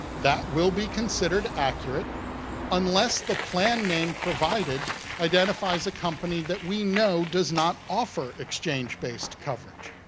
that will be considered accurate unless the plan name provided identifies a company that we know does not offer exchange-based coverage,